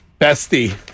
Bestie